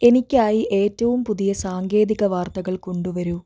എനിക്കായി ഏറ്റവും പുതിയ സാങ്കേതിക വാർത്തകൾ കൊണ്ടു വരൂ